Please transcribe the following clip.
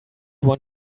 want